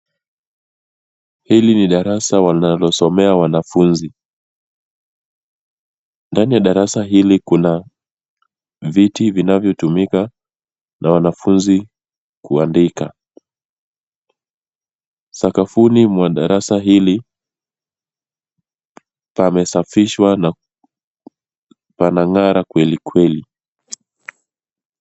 Hili ni darasa wanalosomea wanafunzi ndani ya darasa hili kuna viti vinavyotumika na wanafunzi kuandika, sakafuni mwa darasa hili pamesafishwa na panangara kweli kweli.